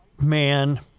man